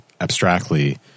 abstractly